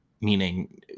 meaning